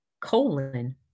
colon